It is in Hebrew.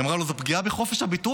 היא אמרה לו: זאת פגיעה בחופש הביטוי.